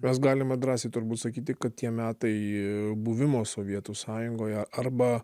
mes galime drąsiai turbūt sakyti kad tie metai buvimo sovietų sąjungoje arba